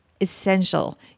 essential